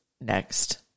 next